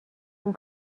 اون